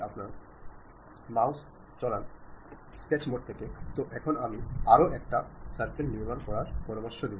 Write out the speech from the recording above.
അതിനാൽ രൂപപ്പെടുത്തുമ്പോൾ സന്ദേശം വ്യക്തമാണെന്നും അത് വളരെ പ്രധാനപ്പെട്ടതാണെന്നും മനസ്സിലാക്കുക